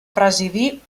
presidir